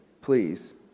please